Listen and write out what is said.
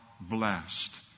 blessed